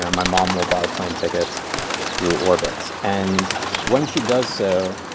ah my mom will buy plane tickets through orbitz. and when she does so,